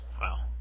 Wow